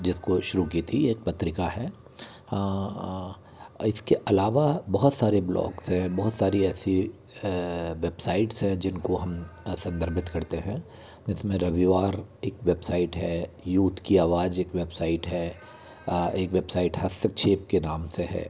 जिसको शुरू की थी एक पत्रिका है इसके अलावा बहुत सारे ब्लॉग्स हैं बहुत सारी ऐसी वेबसाइट्स हैं जिनको हम संदर्भित करते हैं जिसमें रविवार एक वेबसाइट है यूथ की आवाज़ एक वेबसाइट है एक वेबसाइट हस्तक्षेप के नाम से है